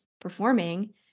performing